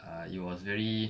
ah it was very